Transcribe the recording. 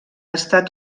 estat